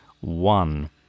One